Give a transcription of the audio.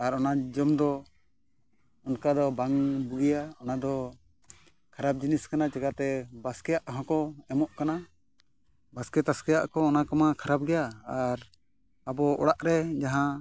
ᱟᱨ ᱚᱱᱟ ᱡᱚᱢ ᱫᱚ ᱚᱱᱠᱟ ᱫᱚ ᱵᱟᱝ ᱵᱩᱜᱤᱭᱟ ᱚᱱᱟ ᱫᱚ ᱠᱷᱟᱨᱟᱯ ᱡᱤᱱᱤᱥ ᱠᱟᱱᱟ ᱪᱮᱠᱟᱛᱮ ᱵᱟᱥᱠᱮᱭᱟᱜ ᱦᱚᱸ ᱠᱚ ᱮᱢᱚᱜ ᱠᱟᱱᱟ ᱵᱟᱥᱠᱮ ᱛᱟᱥᱠᱮᱭᱟᱜ ᱠᱚ ᱚᱱᱟ ᱠᱚᱢᱟ ᱠᱷᱟᱨᱟᱯ ᱜᱮᱭᱟ ᱟᱨ ᱟᱵᱚ ᱚᱲᱟᱜ ᱨᱮ ᱡᱟᱦᱟᱸ